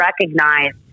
recognize